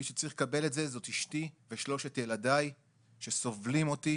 מי שצריך לקבל את זה זאת אשתי ושלושת ילדיי שסובלים אותי